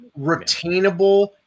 retainable